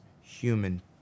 human